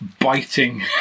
biting